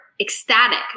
ecstatic